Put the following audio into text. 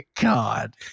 God